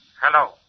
Hello